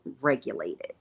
regulated